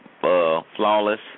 Flawless